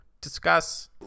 Discuss